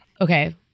Okay